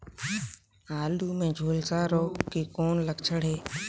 आलू मे झुलसा रोग के कौन लक्षण हे?